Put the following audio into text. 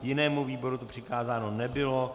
Jinému výboru to přikázáno nebylo.